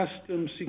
customs